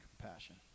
compassion